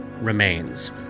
remains